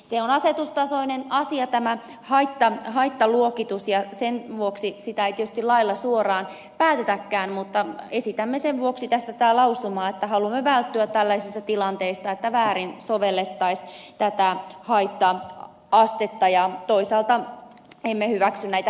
tämä haittaluokitus on asetustasoinen asia ja sen vuoksi sitä ei tietysti lailla suoraan päätetäkään mutta esitämme sen vuoksi tätä lausumaa että haluamme välttyä tällaisilta tilanteilta että väärin sovellettaisiin tätä haitta astetta ja toisaalta emme hyväksy näitä heikennyksiä